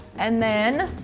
and then,